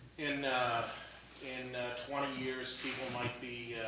in in twenty years, people might be